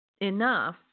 enough